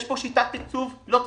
יש פה שיטת תקצוב לא תקינה,